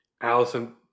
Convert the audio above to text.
Allison